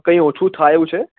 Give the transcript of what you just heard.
કંઈ ઓછું થાય એવું છે